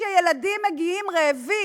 שילדים מגיעים רעבים,